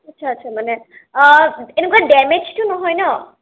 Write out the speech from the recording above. আচ্ছা আচ্ছা মানে এনেকুৱা দেমেজটো নহয় ন